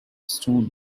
stone